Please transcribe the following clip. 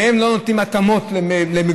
להם לא נותנים התאמות למגורים,